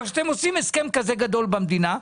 אבל כשאתם עושים הסכם כזה גדול במדינה,